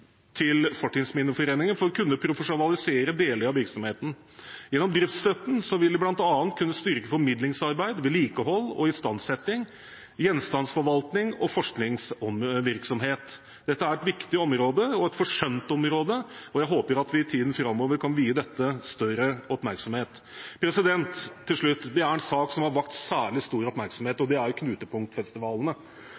til Fortidsminneforeningen for å kunne profesjonalisere deler av virksomheten. Gjennom driftsstøtten vil de bl.a. kunne styrke formidlingsarbeid, vedlikehold og istandsetting, gjenstandsforvaltning og forskningsvirksomhet. Dette er et viktig område og et forsømt område, og jeg håper at vi i tiden framover kan vie dette større oppmerksomhet. Til slutt: Det er en sak som har vakt særlig stor oppmerksomhet. Det er knutepunktfestivalene og at man i dette budsjettet er